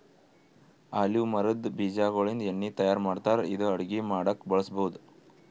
olive ಮರದ್ ಬೀಜಾಗೋಳಿಂದ ಎಣ್ಣಿ ತಯಾರ್ ಮಾಡ್ತಾರ್ ಇದು ಅಡಗಿ ಮಾಡಕ್ಕ್ ಬಳಸ್ಬಹುದ್